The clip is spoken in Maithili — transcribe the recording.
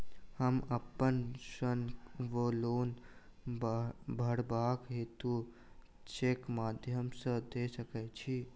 हम अप्पन ऋण वा लोन भरबाक हेतु चेकक माध्यम सँ दऽ सकै छी?